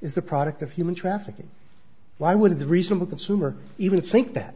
the product of human trafficking why would the reasonable consumer even think that